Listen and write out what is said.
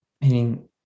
Meaning